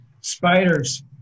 spiders